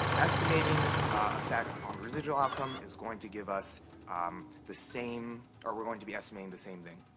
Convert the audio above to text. estimating effects on the residual outcome is going to give us um the same, or we're going to be estimating the same thing.